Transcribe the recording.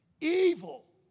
evil